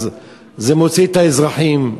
זה מוציא את האזרחים,